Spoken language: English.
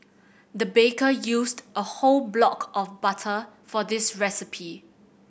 the baker used a whole block of butter for this recipe